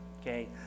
okay